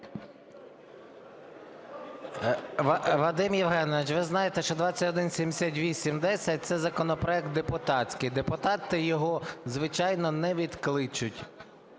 Вадим Євгенович, ви знаєте, що 2178-10 – це законопроект депутатський. Депутати його, звичайно, не відкличуть.